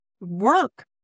work